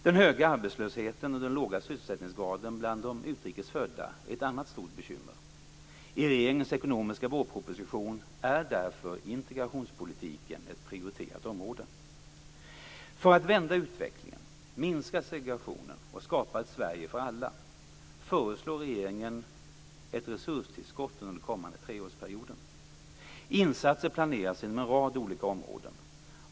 Den höga arbetslösheten och den låga sysselsättningsgraden bland de utrikes födda är ett annat stort bekymmer. I regeringens ekonomiska vårproposition är därför integrationspolitiken ett prioriterat område. För att vända utvecklingen, minska segregationen och skapa ett Sverige för alla föreslår regeringen ett resurstillskott under den kommande treårsperioden. Insatser planeras inom en rad olika områden.